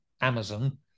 Amazon